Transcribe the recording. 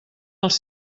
els